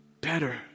better